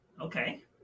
Okay